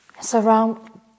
surround